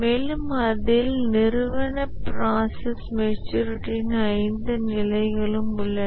மேலும் அதில் நிறுவன ப்ராசஸ் மெச்சூரிட்டயின் ஐந்து நிலைகளும் உள்ளன